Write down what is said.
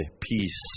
peace